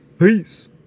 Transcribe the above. Peace